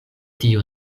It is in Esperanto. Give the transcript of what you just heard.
tio